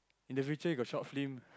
in the future you got short film